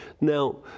Now